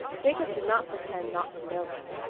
jacob did not pretend not to know him,